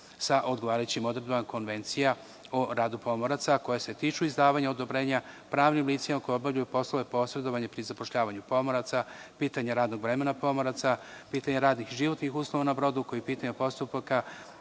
sa odgovarajućim odredbama konvencija o radu pomoraca, koje se tiču izdavanja odobrenja pravnim licima koji obavljaju poslove posredovanja pri zapošljavanju pomoraca, pitanje radnog vremena pomoraca, pitanje radnih i životnih uslova na brodu, kao i pitanje postupaka